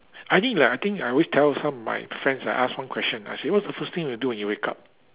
I think ah I think I always tell some of my friends I ask one question I say what's the first thing you do when you wake up